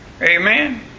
Amen